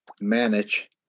Manage